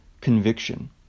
conviction